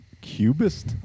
Cubist